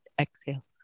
Exhale